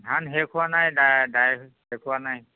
ধান শেষ হোৱা নাই দাই দাই শেষ হোৱা নাই